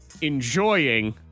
enjoying